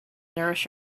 nourish